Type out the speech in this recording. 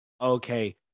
okay